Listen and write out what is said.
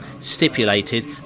stipulated